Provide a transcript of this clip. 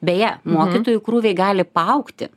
beje mokytojų krūviai gali paaugti